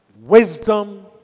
Wisdom